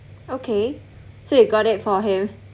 okay so you got it for him